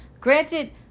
Granted